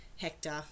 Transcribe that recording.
Hector